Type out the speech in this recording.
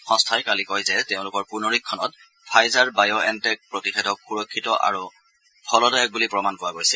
সংস্থাই কালি কয় যে তেওঁলোকৰ পুনৰীক্ষণত ফাইজাৰ বায়এনটেক প্ৰতিষেধক সুৰক্ষিত আৰু ফলদায়ক বুলি প্ৰমাণ পোৱা গৈছে